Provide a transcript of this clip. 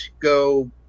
go